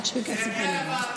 נחיה ונראה.